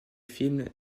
films